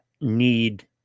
need